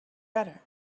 better